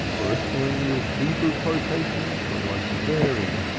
bristling with hebrew quotations from the most varying,